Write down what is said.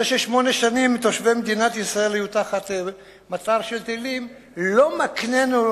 זה ששמונה שנים תושבי מדינת ישראל היו תחת מטר של טילים לא מקנה לנו,